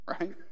right